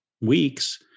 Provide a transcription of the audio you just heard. weeks